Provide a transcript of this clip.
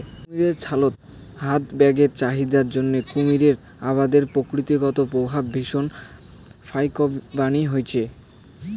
কুমীরের ছালত হাত ব্যাগের চাহিদার জইন্যে কুমীর আবাদের প্রকৃতিগত প্রভাব ভীষণ ফাইকবানী হইচে